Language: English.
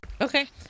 Okay